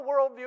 worldview